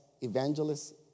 evangelists